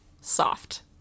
soft